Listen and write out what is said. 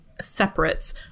separates